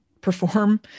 perform